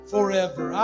Forever